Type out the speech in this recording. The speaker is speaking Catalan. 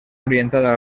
orientada